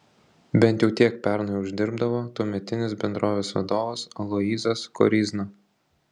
bent jau tiek pernai uždirbdavo tuometinis bendrovės vadovas aloyzas koryzna